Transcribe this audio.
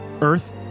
Earth